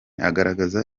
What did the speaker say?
agaragaza